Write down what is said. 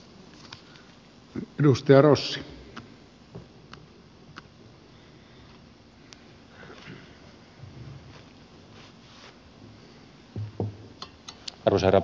arvoisa herra puhemies